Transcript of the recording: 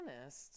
honest